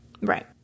Right